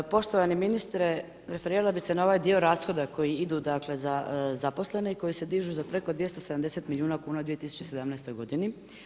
Poštovani ministre, referirala bi se na ovaj dio rashoda koji idu dakle za zaposlene i koji se dižu za preko 270 milijuna kuna u 2017. godini.